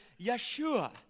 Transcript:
Yeshua